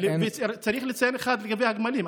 צריך לציין לגבי הגמלים,